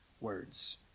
words